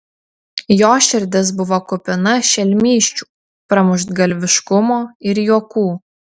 jo širdis buvo kupina šelmysčių pramuštgalviškumo ir juokų